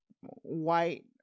white